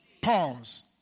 Pause